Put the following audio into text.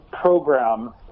program